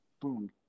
boom